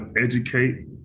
educate